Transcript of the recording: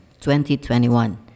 2021